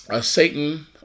Satan